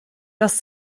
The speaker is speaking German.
dass